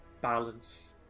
balance